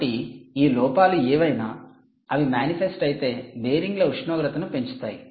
కాబట్టి ఈ లోపాలు ఏవైనా అవి మానిఫెస్ట్ అయితే బేరింగ్ల ఉష్ణోగ్రతను పెంచుతాయి